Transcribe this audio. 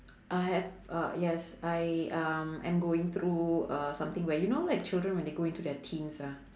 I have a yes I um am going through a something where you know like children when they go into their teens ah